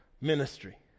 ministry